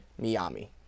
Miami